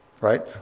right